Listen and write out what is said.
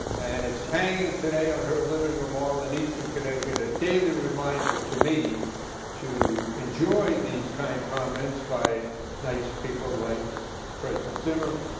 and it's hanging today on her living room wall in eastern connecticut, a daily reminder to me to enjoy these kind comments by nice people like president zimmer,